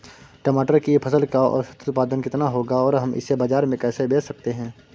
टमाटर की फसल का औसत उत्पादन कितना होगा और हम इसे बाजार में कैसे बेच सकते हैं?